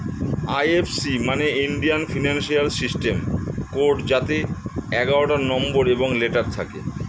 এই F C মানে Indian financial system code যাতে এগারোটা নম্বর এবং লেটার থাকে